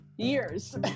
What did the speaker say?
years